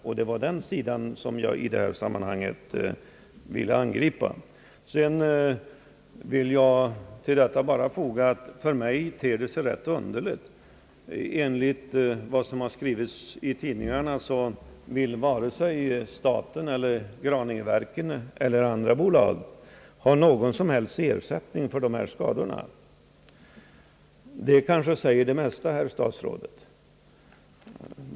Till detta skall jag bara foga, att det för mig ter sig ganska underligt att varken staten, Graningeverken eller andra bolag, enligt vad som har skrivits i tidningarna, vill ha någon som helst ersättning för dessa skador. Det kanske säger det mesta.